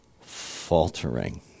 faltering